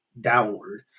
downward